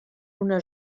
una